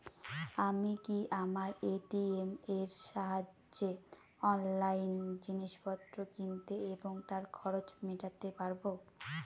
আমি কি আমার এ.টি.এম এর সাহায্যে অনলাইন জিনিসপত্র কিনতে এবং তার খরচ মেটাতে পারব?